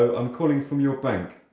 ah i'm calling from your bank.